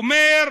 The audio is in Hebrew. הוא אומר: